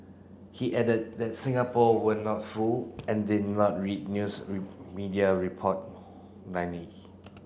he added that Singapore were not fool and did not read news media report